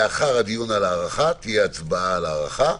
לאחר הדיון על ההארכה תהיה הצבעה על ההארכה,